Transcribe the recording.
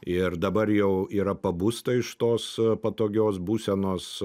ir dabar jau yra pabusta iš tos patogios būsenos